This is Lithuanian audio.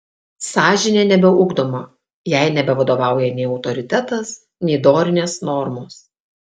sąžinė nebeugdoma jai nebevadovauja nei autoritetas nei dorinės normos